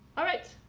all right.